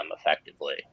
effectively